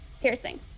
piercing